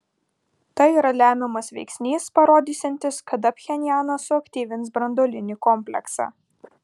tai yra lemiamas veiksnys parodysiantis kada pchenjanas suaktyvins branduolinį kompleksą